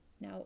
Now